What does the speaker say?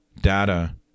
data